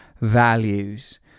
values